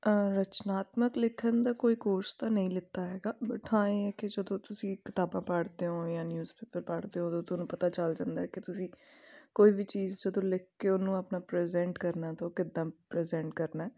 ਰਚਨਾਤਮਕ ਲਿਖਣ ਦਾ ਕੋਈ ਕੋਰਸ ਤਾਂ ਨਹੀਂ ਲਿੱਤਾ ਹੈਗਾ ਬਟ ਹਾਂ ਇਹ ਹੈ ਕਿ ਜਦੋਂ ਤੁਸੀਂ ਕਿਤਾਬਾਂ ਪੜ੍ਹਦੇ ਹੋ ਜਾਂ ਨਿਊਜ਼ ਪੇਪਰ ਪੜ੍ਹਦੇ ਹੋ ਉਦੋਂ ਤੁਹਾਨੂੰ ਪਤਾ ਚੱਲ ਜਾਂਦਾ ਕਿ ਤੁਸੀ ਕੋਈ ਵੀ ਚੀਜ਼ ਜਦੋ ਲਿਖ ਕੇ ਉਹਨੂੰ ਆਪਣਾ ਪ੍ਰਜੈਂਟ ਕਰਨਾ ਤਾਂ ਉਹ ਕਿੱਦਾਂ ਪ੍ਰਜੈਂਟ ਕਰਨਾ